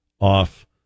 off